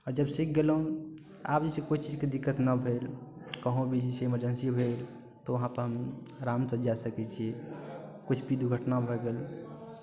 आओर जब सीख गेलहुँ आब जे छै कोइ चीजके दिक्कत नहि भेल कहुँ भी जैसे इमर्जेन्सी भेल तऽ वहाँपर हम आरामसँ जा सकै छी किछु भी दुर्घटना भऽ गेल